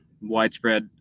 widespread